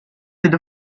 with